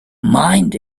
mind